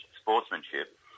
sportsmanship